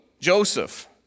Joseph